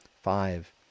five